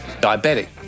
diabetic